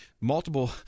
multiple